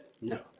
No